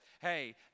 hey